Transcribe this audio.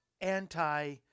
anti